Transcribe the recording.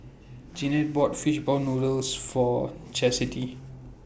Jeannette bought Fishball Noodles For Chasity